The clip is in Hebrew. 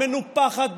מנופחת,